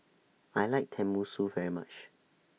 I like Tenmusu very much